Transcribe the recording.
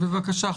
בבקשה,